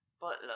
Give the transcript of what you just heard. Butler